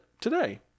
today